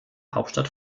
hauptstadt